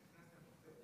שקראנו, או בכל